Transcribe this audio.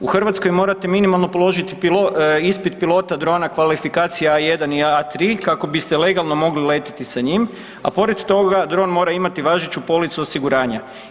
U Hrvatskoj morate minimalno položiti ispit pilota drona kvalifikacija A1 i A3 kako biste legalno mogli letjeti sa njim a pored toga, dron mora imati važeću policu osiguranja.